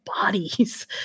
bodies